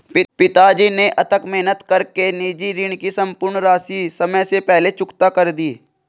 पिताजी ने अथक मेहनत कर के निजी ऋण की सम्पूर्ण राशि समय से पहले चुकता कर दी